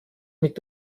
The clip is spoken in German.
mit